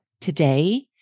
today